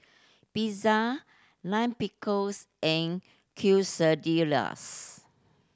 Pizza Lime Pickles and Quesadillas